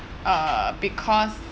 uh because